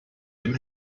dem